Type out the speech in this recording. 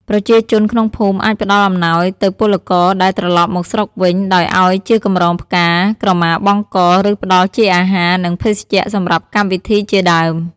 ប្រជាជនក្នុងភូមិអាចផ្តល់អំណោយទៅពលករដែលត្រឡប់មកស្រុកវិញដោយឱ្យជាកម្រងផ្កា ក្រមាបង់ក ឬផ្ដល់ជាអាហារ និងភេសជ្ជៈសម្រាប់កម្មវិធីជាដើម ។